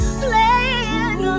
playing